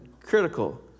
critical